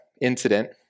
incident